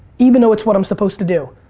even though it's what i'm supposed to do.